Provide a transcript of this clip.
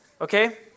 Okay